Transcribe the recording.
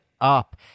up